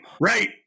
right